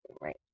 Right